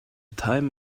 time